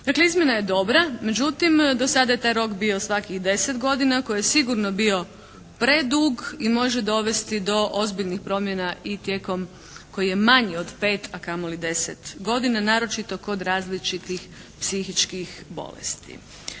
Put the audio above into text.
Dakle izmjena je dobra međutim do sada je taj rok bio svakih 10 godina koji je sigurno bio predug i može dovesti do ozbiljnih promjena i tijekom koji je manji od 5 a kamoli 10 godina naročito kod različitih psihičkih bolesti.